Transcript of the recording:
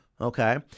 okay